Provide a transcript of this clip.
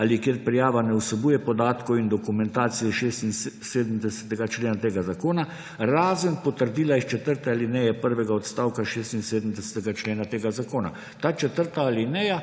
ali ker prijava ne vsebuje podatkov in dokumentacije iz 76. člena tega zakona, razen potrdila iz četrte alineje prvega odstavka 76. člena tega zakona. Ta četrta alineja